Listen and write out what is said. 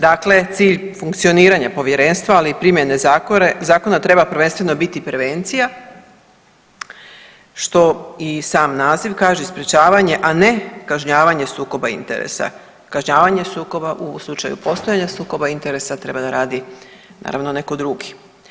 Dakle, cilj funkcioniranja povjerenstva, ali i primjene zakona treba prvenstveno biti prevencija što i sam naziv kaže sprečavanje, a ne kažnjavanje sukoba interesa, kažnjavanje sukoba u slučaju postojanja sukoba interesa treba da radi naravno neko drugi.